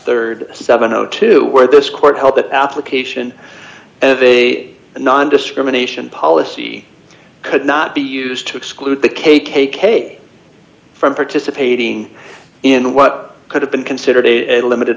a rd seven o two where this court held that application of a nondiscrimination policy could not be used to exclude the k k k from participating in what could have been considered a limited